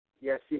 yes